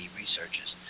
researchers